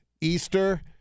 Easter